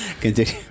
continue